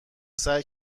سعی